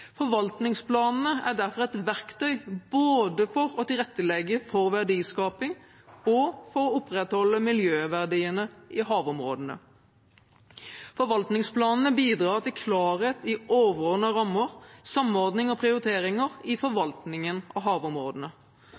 Forvaltningsplanene er derfor et verktøy både for å tilrettelegge for verdiskaping og for å opprettholde miljøverdiene i havområdene. Forvaltningsplanene bidrar til klarhet i overordnede rammer, samordning og prioriteringer i forvaltningen av havområdene.